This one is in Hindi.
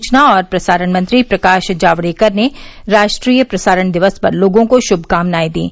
सूचना और प्रसारण मंत्री प्रकाश जावड़ेकर ने राष्ट्रीय प्रसारण दिवस पर लोगों को शुषकामनाएं दीं